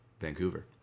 Vancouver